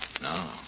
No